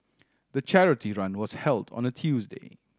the charity run was held on a Tuesday